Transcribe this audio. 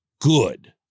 good